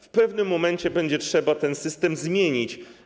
W pewnym momencie będzie trzeba ten system zmienić.